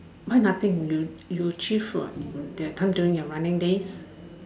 why nothing you you achieve what that time during your running days